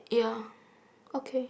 yeah okay